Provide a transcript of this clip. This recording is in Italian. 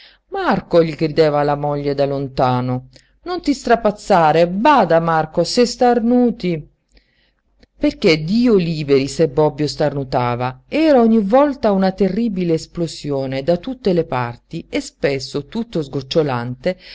marco gli gridava la moglie da lontano non ti strapazzare bada marco se starnuti perché dio liberi se bobbio starnutava era ogni volta una terribile esplosione da tutte le parti e spesso tutto sgocciolante